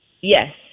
Yes